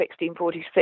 1646